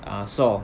ah saw